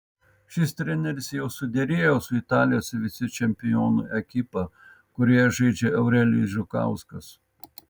šis treneris jau suderėjo su italijos vicečempionų ekipa kurioje žaidžia eurelijus žukauskas